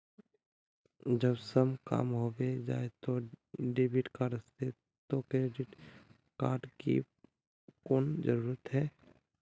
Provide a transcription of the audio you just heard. जब सब काम होबे जाय है डेबिट कार्ड से तो क्रेडिट कार्ड की कोन जरूरत है?